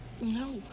No